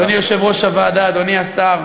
אדוני יושב-ראש הוועדה, אדוני השר,